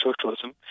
socialism